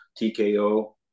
TKO